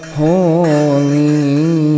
holy